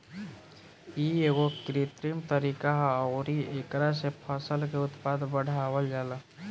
इ एगो कृत्रिम तरीका ह अउरी एकरा से फसल के उत्पादन बढ़ावल जाला